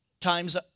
times